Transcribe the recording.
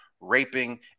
raping